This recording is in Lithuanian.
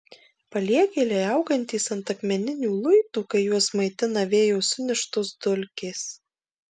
paliegėliai augantys ant akmeninių luitų kai juos maitina vėjo suneštos dulkės